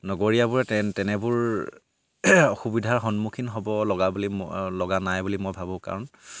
নগৰীয়াবোৰে তেন তেনেবোৰ অসুবিধাৰ সন্মুখীন হ'ব লগা বুলি মই লগা নাই বুলি মই ভাবোঁ কাৰণ